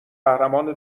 قهرمان